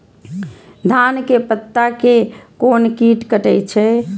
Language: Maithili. धान के पत्ता के कोन कीट कटे छे?